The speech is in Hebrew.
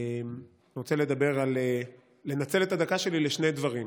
אני רוצה לנצל את הדקה שלי לשני דברים,